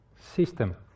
system